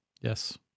Yes